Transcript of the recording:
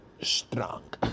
strong